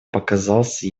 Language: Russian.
показался